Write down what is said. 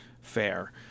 fair